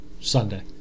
Sunday